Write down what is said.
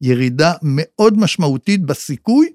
ירידה מאוד משמעותית בסיכוי.